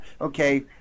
Okay